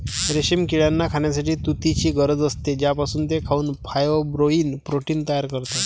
रेशीम किड्यांना खाण्यासाठी तुतीची गरज असते, ज्यापासून ते खाऊन फायब्रोइन प्रोटीन तयार करतात